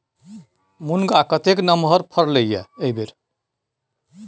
मुनगा कतेक नमहर फरलै ये एहिबेर